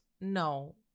No